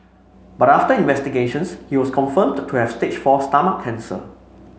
but after investigations he was confirmed to have stage four stomach cancer